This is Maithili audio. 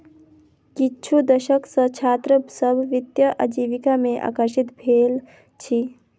किछु दशक सॅ छात्र सभ वित्तीय आजीविका में आकर्षित भेल अछि